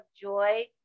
joy